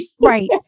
right